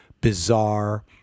bizarre